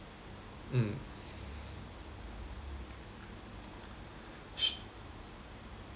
mm s~